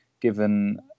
Given